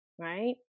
right